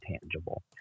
tangible